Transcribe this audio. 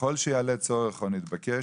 ככל שיעלה צורך או נתבקש,